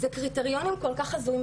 זה קריטריונים כל כך הזויים,